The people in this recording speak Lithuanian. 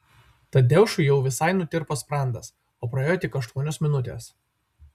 tadeušui jau visai nutirpo sprandas o praėjo tik aštuonios minutės